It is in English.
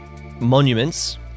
monuments